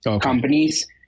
companies